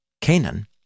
Canaan